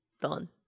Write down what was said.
done